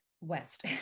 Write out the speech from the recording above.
west